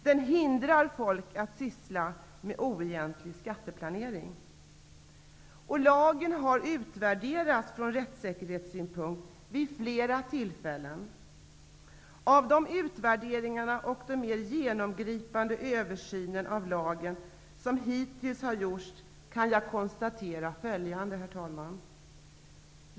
Den hindrar folk från att syssla med oegentlig skatteplanering. Lagen har utvärderats från rättssäkerhetssynpunkt vid flera tillfällen. Av de utvärderingarna och den mera genomgripande översynen av lagen som hittills har gjorts kan jag konstatera följande.